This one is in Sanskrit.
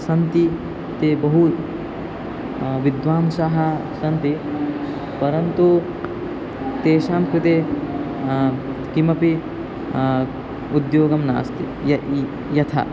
सन्ति ते बहु विद्वांसाः सन्ति परन्तु तेषां कृते किमपि उद्योगं नास्ति य यि यथा